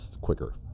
quicker